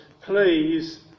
please